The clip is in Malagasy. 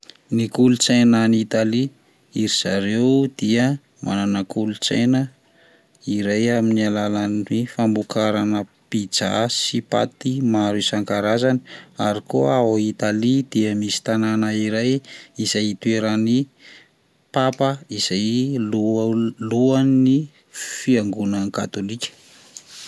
Ny kolontsaina any Italia, iry zareo dia manana kolontsaina iray amin'alalany famokarana pizza sy paty maro isan-karazany, ary koa ao Italia dia misy tànana iray izay hitoeran'ny papa zay loh- lohan'ny fiangonana katôlika.